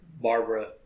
barbara